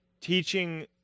teaching